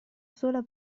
sola